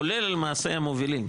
כולל למעשה המובילים.